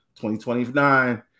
2029